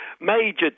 major